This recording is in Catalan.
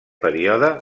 període